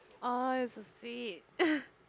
!aww! you so sweet